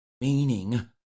meaning